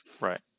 Right